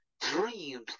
dreams